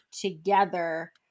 together